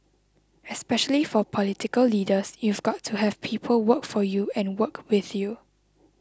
especially for political leaders you've got to have people work for you and work with you